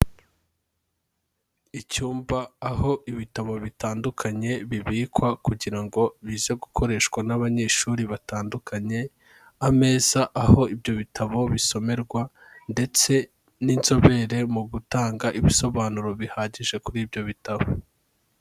Icyumba, aho ibitabo bitandukanye bibikwa kugira ngo bize gukoreshwa n'abanyeshuri batandukanye, ameza, aho ibyo bitabo bisomerwa, ndetse n'inzobere mu gutanga ibisobanuro bihagije kuri ibyo bitabo.